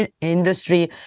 industry